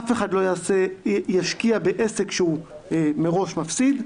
אף אחד לא ישקיע בעסק שהוא מראש מפסיד.